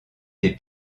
des